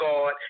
God